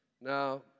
Now